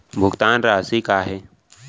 भुगतान राशि का हे?